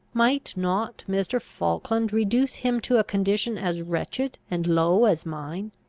might not mr. falkland reduce him to a condition as wretched and low as mine?